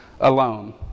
alone